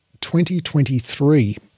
2023